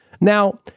Now